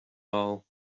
aisle